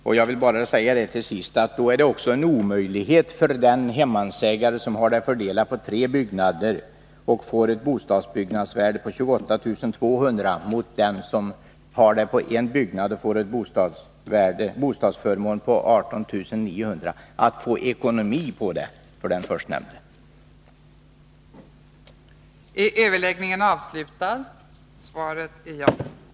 Med anledning av detta vill jag bara till sist säga att det för den hemmansägare, som har bostaden fördelad på tre byggnader och får ett bostadsförmånsvärde på 28 200 kr., är en omöjlighet att få ekonomi i det hela, jämfört med den som har en byggnad och får ett bostadsförmånsvärde på 18 900 kr.